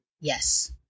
Yes